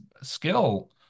skill